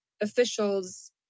officials